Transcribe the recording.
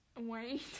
wait